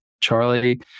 Charlie